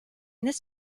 this